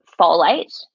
folate